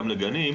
גם לגנים,